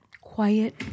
quiet